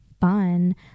fun